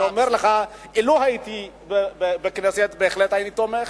אני אומר לך שלו הייתי בכנסת בהחלט הייתי תומך,